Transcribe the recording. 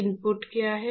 input क्या है